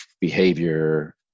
behavior